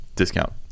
discount